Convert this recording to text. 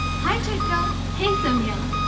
hi chaitra. hey sonia.